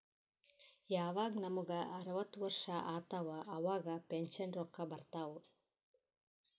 ಯವಾಗ್ ನಮುಗ ಅರ್ವತ್ ವರ್ಷ ಆತ್ತವ್ ಅವಾಗ್ ಪೆನ್ಷನ್ ರೊಕ್ಕಾ ಬರ್ತಾವ್